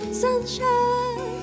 sunshine